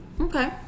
okay